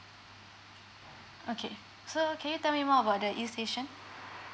okay so okay tell me more about the E station